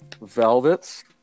Velvet's